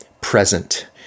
present